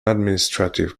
administrative